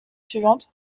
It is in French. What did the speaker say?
suivante